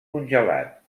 congelat